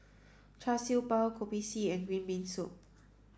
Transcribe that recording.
Char Siew Bao Kopi C and green bean soup